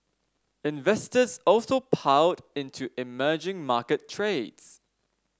investors also piled into emerging market trades